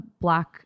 black